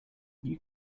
you